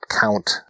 count